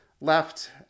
left